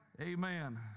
Amen